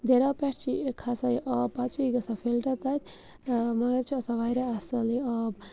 دٔریاو پٮ۪ٹھ چھِ یہِ کھَسان یہِ آب پَتہٕ چھُ یہِ گَژھان فِلٹَر تَتہِ مَگر یہِ چھُ آسان واریاہ اصل یہِ آب